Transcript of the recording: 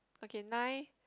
okay nine